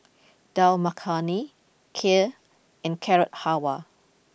Dal Makhani Kheer and Carrot Halwa